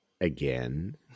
Again